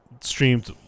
streamed